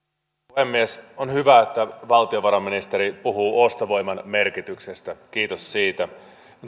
puhemies on hyvä että valtiovarainministeri puhuu ostovoiman merkityksestä kiitos siitä